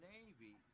Navy